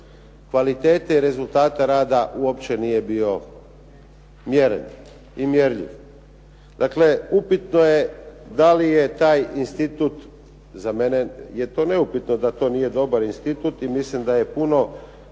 kvalitete i rezultata rada uopće nije bio mjeren i mjerljiv. Dakle, upitno je da li je taj institut, za mene je to neupitno da to nije dobar institut, i mislim da je puno